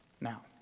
Now